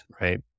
right